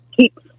keep